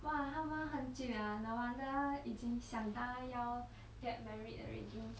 !wah! 他们很久了 no wonder 已经想到要 get married already